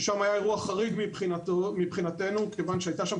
שם היה אירוע חריג מבחינתנו מכיוון שהייתה שם